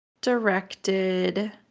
directed